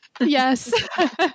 Yes